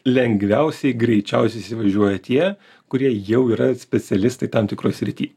lengviausiai greičiausiai įsivažiuoja tie kurie jau yra specialistai tam tikroj srity